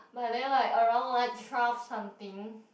but then like around like twelve something